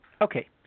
Okay